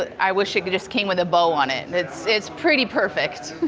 i wish it could just came with a bow on it. it's it's pretty perfect.